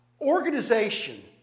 organization